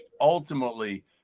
ultimately